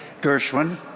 Gershwin